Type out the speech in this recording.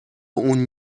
اون